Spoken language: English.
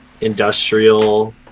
industrial